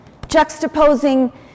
Juxtaposing